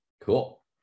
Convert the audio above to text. Cool